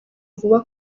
vuba